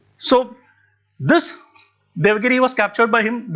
so this devagiri was captured by him,